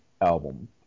album